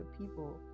people